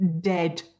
dead